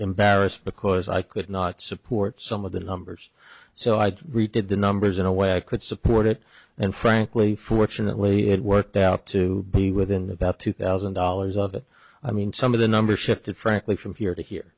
embarrassed because i could not support some of the numbers so i redid the numbers in a way i could support it and frankly fortunately it worked out to be within about two thousand dollars of it i mean some of the numbers shifted frankly from here to here